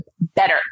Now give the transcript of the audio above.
better